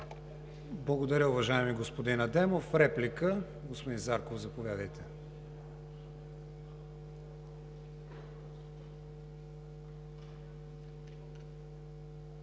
Благодаря, уважаеми господин Адемов. Реплика? Господин Зарков, заповядайте.